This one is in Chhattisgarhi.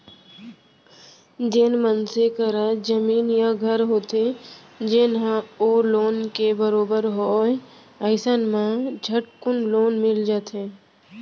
जेन मनसे करा जमीन या घर होथे जेन ह ओ लोन के बरोबर होवय अइसन म झटकुन लोन मिल जाथे